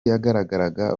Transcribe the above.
yagaragaraga